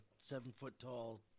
seven-foot-tall